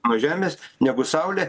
nuo žemės negu saulė